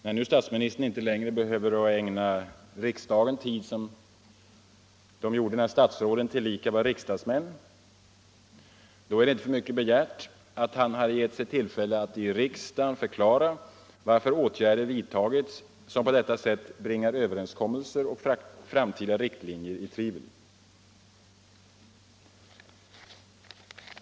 När statsministern inte längre behöver ägna riksdagen tid, som statsråden gjorde då de tillika var riksdagsmän, är det inte för mycket begärt att han tagit tillfället att i riksdagen förklara varför åtgärder vidtagits som på detta sätt bringar överenskommelser och framtida riktlinjer i tvivel.